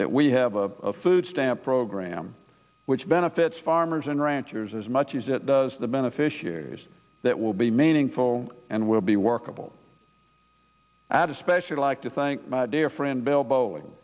that we have a food stamp program which benefits farmers and ranchers as much as it does the beneficiaries that will be meaningful and will be workable add especially like to thank my dear friend bill bolling